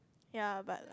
ya but